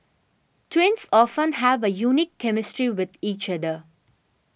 twins often have a unique chemistry with each other